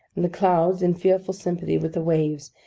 the clouds, in fearful sympathy with the waves,